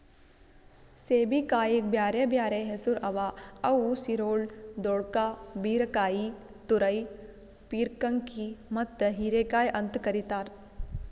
ಸೇಬೆಕಾಯಿಗ್ ಬ್ಯಾರೆ ಬ್ಯಾರೆ ಹೆಸುರ್ ಅವಾ ಅವು ಸಿರೊಳ್, ದೊಡ್ಕಾ, ಬೀರಕಾಯಿ, ತುರೈ, ಪೀರ್ಕಂಕಿ ಮತ್ತ ಹೀರೆಕಾಯಿ ಅಂತ್ ಕರಿತಾರ್